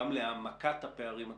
גם להעמקת הפערים הכלכליים.